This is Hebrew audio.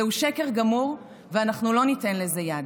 זהו שקר גמור, ואנחנו לא ניתן לזה יד.